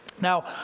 Now